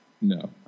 No